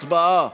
הצבעה.